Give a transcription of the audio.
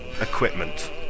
equipment